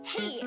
Hey